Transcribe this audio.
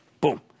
Boom